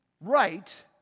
right